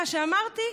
מה שאמרתי,